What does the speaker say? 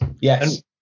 yes